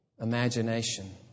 imagination